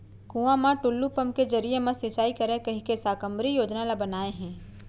कुँआ म टूल्लू पंप के जरिए म सिंचई करय कहिके साकम्बरी योजना ल बनाए हे